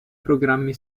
programmi